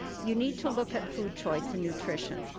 you need to look at food choice and nutrition.